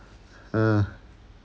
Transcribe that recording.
uh